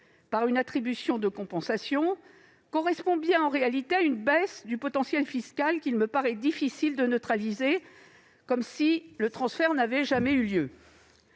par une attribution de compensation, correspond bien à une baisse du potentiel fiscal, qu'il me paraît difficile de neutraliser, comme si le transfert n'avait jamais eu lieu.